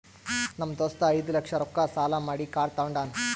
ನಮ್ ದೋಸ್ತ ಐಯ್ದ ಲಕ್ಷ ರೊಕ್ಕಾ ಸಾಲಾ ಮಾಡಿ ಕಾರ್ ತಗೊಂಡಾನ್